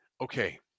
okay